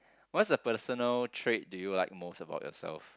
what's a personal trait do you like most about yourself